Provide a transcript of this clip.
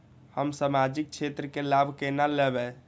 हम सामाजिक क्षेत्र के लाभ केना लैब?